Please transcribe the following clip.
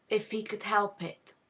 if he could help it?